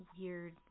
weird